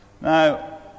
Now